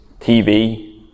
tv